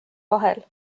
vahel